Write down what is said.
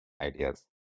ideas